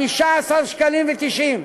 15.90 ש"ח.